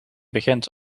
begint